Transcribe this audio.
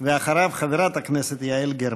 ואחריו, חברת הכנסת יעל גרמן.